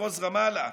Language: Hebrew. מחוז רמאללה,